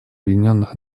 объединенных